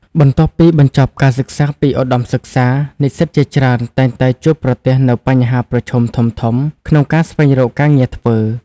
បន្ទាប់ពីបញ្ចប់ការសិក្សាពីឧត្តមសិក្សា និស្សិតជាច្រើនតែងតែជួបប្រទះនូវបញ្ហាប្រឈមធំៗក្នុងការស្វែងរកការងារធ្វើ។